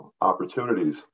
opportunities